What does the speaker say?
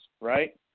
right